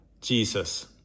Jesus